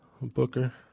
Booker